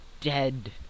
dead